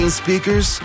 speakers